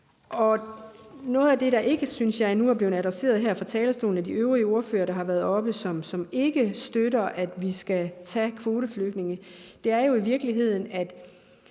ordførere, der har været heroppe på talerstolen, og som ikke støtter, at vi skal tage kvoteflygtninge, er i virkeligheden